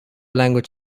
language